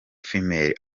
female